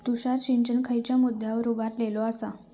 तुषार सिंचन खयच्या मुद्द्यांवर उभारलेलो आसा?